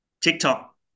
TikTok